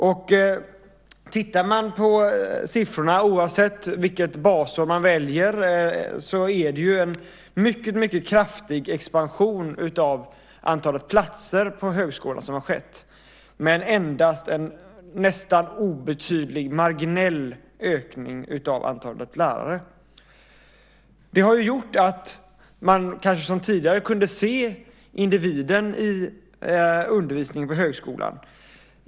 Om man tittar på siffrorna, oavsett vilket basår man väljer, har det skett en mycket kraftig expansion av antalet platser på högskolan men endast en obetydlig marginell ökning av antalet lärare. Tidigare kunde man se individen i undervisningen på högskolan.